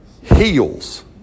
heals